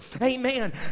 amen